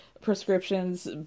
prescriptions